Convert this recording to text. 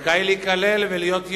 זכאי להיכלל ולהיות יהודי.